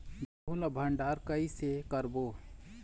गेहूं ला भंडार कई से करबो?